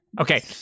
Okay